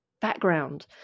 background